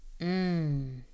Mmm